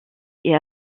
est